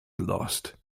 lost